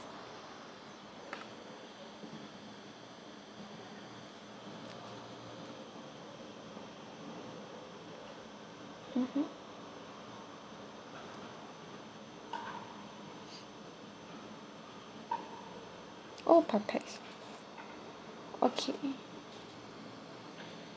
mmhmm oh per pax okay